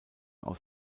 aus